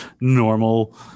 normal